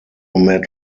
met